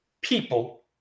people